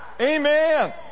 Amen